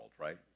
right